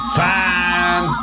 fine